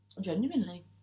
genuinely